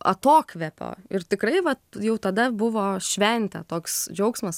atokvėpio ir tikrai vat jau tada buvo šventė toks džiaugsmas